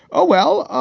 oh, well,